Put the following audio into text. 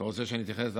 אתה רוצה שנתייחס לנושא,